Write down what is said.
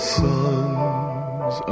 sons